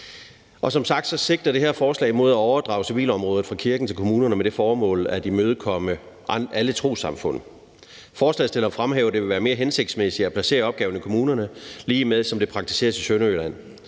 her forslag sigter som sagt på at overdrage civilregistreringen fra kirken til kommunerne med det formål at imødekomme alle trossamfund. Forslagsstillerne fremhæver, at det vil være mere hensigtsmæssigt at placere opgaven i kommunerne, ligesom det praktiseres i Sønderjylland.